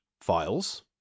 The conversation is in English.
files